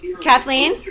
Kathleen